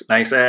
Nice